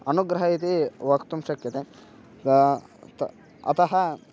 अनुग्रहः इति वक्तुं शक्यते त अतः